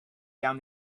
down